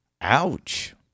Ouch